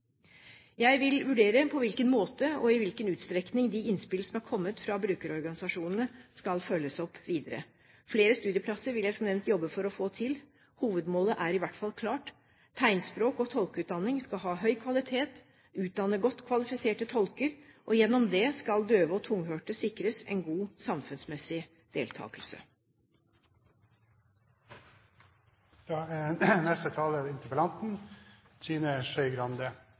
Jeg vil vurdere på hvilken måte og i hvilken utstrekning de innspill som er kommet fra brukerorganisasjonene, skal følges opp videre. Flere studieplasser vil jeg som nevnt jobbe for å få til. Hovedmålet er i hvert fall klart: Tegnspråk- og tolkeutdanning skal ha høy kvalitet, utdanne godt kvalifiserte tolker, og gjennom det skal døve og tunghørte sikres en god samfunnsmessig